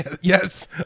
Yes